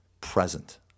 Present